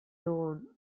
dugun